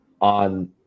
on